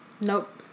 Nope